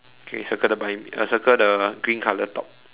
okay circle the buy me uh circle the green color top